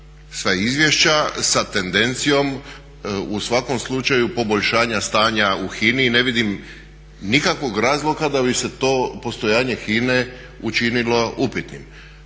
sva izvješća sa tendencijom u svakom slučaju poboljšanja stanja u HINA-i i ne vidim nikakvog razloga da bi se to postojanje HINA-e učinilo upitnim.